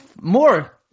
more